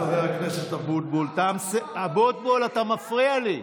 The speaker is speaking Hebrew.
תם, חבר הכנסת אבוטבול, אתה מפריע לי.